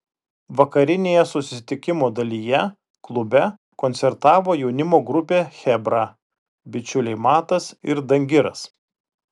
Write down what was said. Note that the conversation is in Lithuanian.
vakarinėje susitikimo dalyje klube koncertavo jaunimo grupė chebra bičiuliai matas ir dangiras